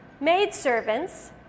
maidservants